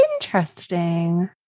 Interesting